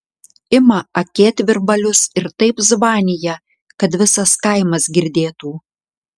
ima akėtvirbalius ir taip zvanija kad visas kaimas girdėtų